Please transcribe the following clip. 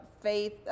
faith